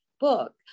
book